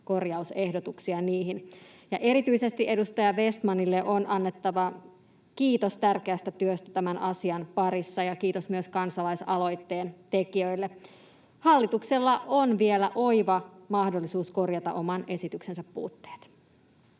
korjausehdotuksia niihin. Ja erityisesti edustaja Vestmanille on annettava kiitos tärkeästä työstä tämän asian parissa, ja kiitos myös kansalaisaloitteen tekijöille. Hallituksella on vielä oiva mahdollisuus korjata oman esityksensä puutteet.